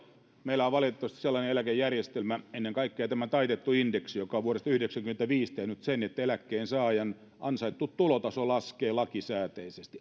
meillä on valitettavasti sellainen eläkejärjestelmä ennen kaikkea tämä taitettu indeksi joka on vuodesta yhdeksänkymmentäviisi tehnyt sen että eläkkeensaajan ansaittu tulotaso laskee lakisääteisesti